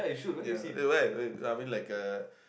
ya eh why I mean like uh